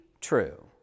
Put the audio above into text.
true